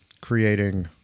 creating